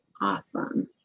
Awesome